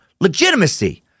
legitimacy